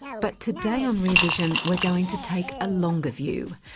but today on rear vision we're going to take a longer view,